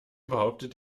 behauptet